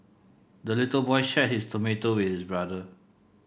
the little boy shared his tomato with his brother